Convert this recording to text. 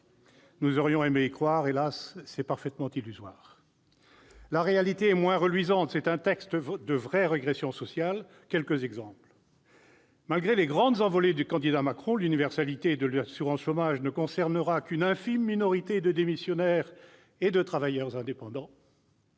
nous aurions aimé y croire ... Hélas, c'est parfaitement illusoire ! La réalité est effectivement moins reluisante. Nous sommes face à un texte de vraie régression sociale, et quelques exemples le montrent. Malgré les grandes envolées du candidat Macron, l'universalité de l'assurance chômage ne concernera qu'une infime minorité de démissionnaires et de travailleurs indépendants.